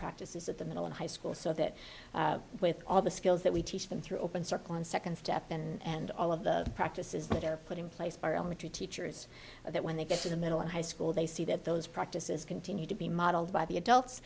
practices at the middle and high school so that with all the skills that we teach them through open circle and second step and all of the practices that are put in place by elementary teachers that when they get to the middle and high school they see that those practices continue to be modeled by the adults